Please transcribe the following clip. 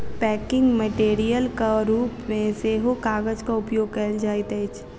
packing मेटेरियलक रूप मे सेहो कागजक उपयोग कयल जाइत अछि